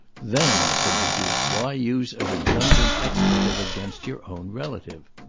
then, said the duke, why use a redundant expletive against your own relative?